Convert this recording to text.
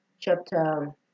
chapter